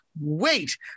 wait